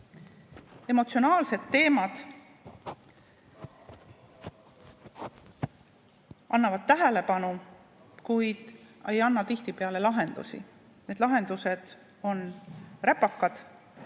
Emotsionaalsed teemad tõmbavad tähelepanu, kuid ei anna tihtipeale lahendusi. Need lahendused on räpakad,